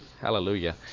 Hallelujah